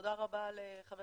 תודה רבה לח"כ